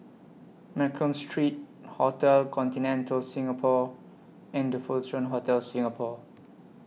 Mccallum Street Hotel Continental Singapore and The Fullerton Hotel Singapore